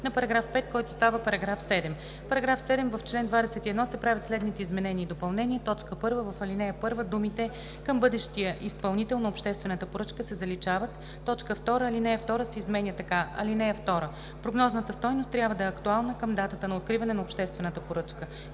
на § 5, който става § 7: „§ 7. В чл. 21 се правят следните изменения и допълнения: 1. В ал. 1 думите „към бъдещия изпълнител на обществената поръчка“ се заличават. 2. Алинея 2 се изменя така: „(2) Прогнозната стойност трябва да е актуална към датата на откриване на обществената поръчка.